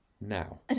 now